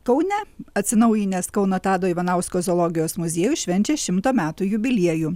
kaune atsinaujinęs kauno tado ivanausko zoologijos muziejus švenčia šimto metų jubiliejų